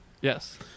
Yes